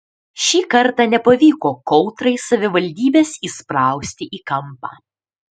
šį kartą nepavyko kautrai savivaldybės įsprausti į kampą